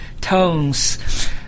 tones